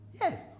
Yes